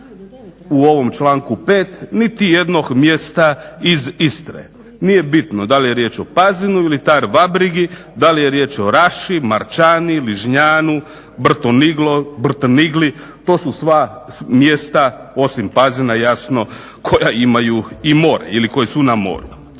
u ovom članku 5.niti jednog mjesta iz Istre, nije bitno da li je riječ o Pazinu, il Tar-Vabrigi, da li je riječ o Raši, Marčanu, Ližnjanu, Brtonigli, to su sva mjesta osim Pazina jasno koja imaju more ili koja su na moru.